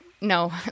no